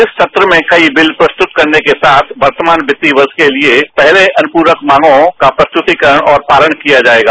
इस सत्र में कई बिल प्रस्तुत करने के साथ वर्तमान वित्तीय वर्ष के लिए पहले अनुपूरक मांगों और प्रस्तुतिकरण और पालन किया जाएगा